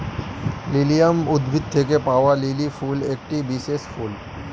lilium উদ্ভিদ থেকে পাওয়া লিলি ফুল একটি বিশেষ ফুল